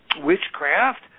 witchcraft